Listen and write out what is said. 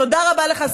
תודה רבה לך,